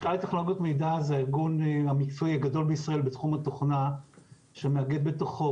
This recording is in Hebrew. שהוא הארגון המקצועי הגדול בישראל בתחום התוכנה שמאגד בתוכו